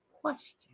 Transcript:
question